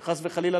שחס וחלילה,